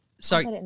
Sorry